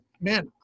man